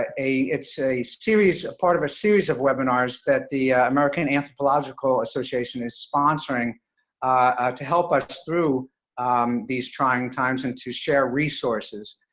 a, it's a series, a part of a series of webinars that the american anthropological association is sponsoring to help us through these trying times and to share resources.